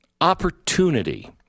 Opportunity